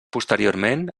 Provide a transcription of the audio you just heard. posteriorment